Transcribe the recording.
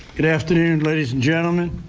good afternoon, ladies and gentlemen.